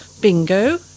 bingo